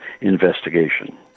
investigation